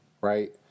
right